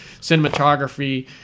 cinematography